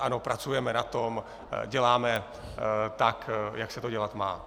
Ano, pracujeme na tom, děláme tak, jak se to dělat má.